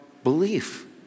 Belief